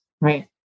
right